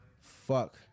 Fuck